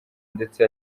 ndetse